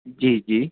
जी जी